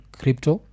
crypto